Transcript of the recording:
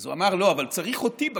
אז הוא אמר: לא, אבל צריך אותי בכנסת.